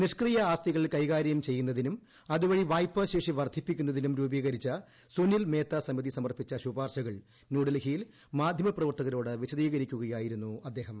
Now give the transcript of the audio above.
നിഷ്ക്രിയ ആസ്തികൾ കൈകാരൃം ചെയ്യുന്നതിനും അതുവഴി വായ്പാ ശേഷി വർദ്ധിപ്പിക്കുന്നതും രൂപീകൃരിച്ച സുനിൽ മേത്ത സമിതി സമർപ്പിച്ച ശുപാർശകൾ ന്യൂഡ്ടർഹിയിൽ മാധ്യപ്രവർത്തകരോട് വിശദീകരിക്കുക്യാ്യിരുന്നു അദ്ദേഹം